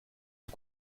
ont